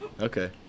okay